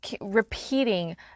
repeating